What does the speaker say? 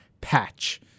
Patch